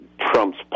Trump's